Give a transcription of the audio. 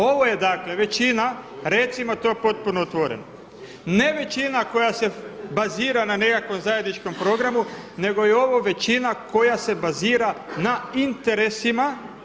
Ovo je dakle većina, recimo to potpuno otvoreno, ne većina koja se bazira na nekakvom zajedničkom programu, nego je ovo većina koja se bazira na interesima.